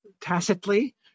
tacitly